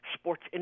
Sports